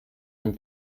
dem